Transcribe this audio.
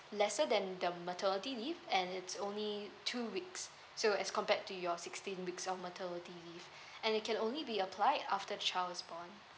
lesser than the maternity leave and it's only two weeks so as compared to your sixteen weeks of maternity leave and it can only be applied after the child is born